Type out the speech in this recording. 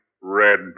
red